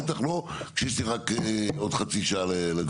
בטח לא כשיש לי רק חצי שעה לדיון הזה.